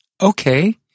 Okay